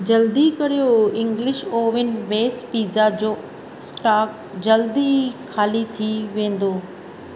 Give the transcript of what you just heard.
जल्दी करियो English oven base pizza जो स्टोक जल्दु ई ख़ाली थी वेंदो